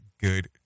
good